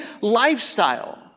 lifestyle